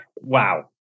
wow